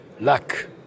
luck